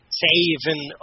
saving